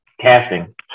casting